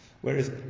Whereas